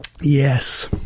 yes